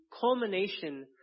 culmination